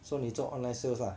so 你做 online sales lah